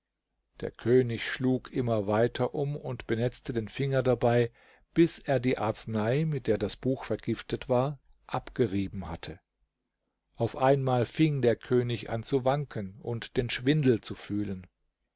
der könig schlug immer weiter um und benetzte den finger dabei bis er die arznei mit der das buch vergiftet war abgerieben hatte auf einmal fing der könig an zu wanken und schwindel zu fühlen